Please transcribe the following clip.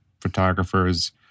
photographers